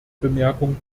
bemerkung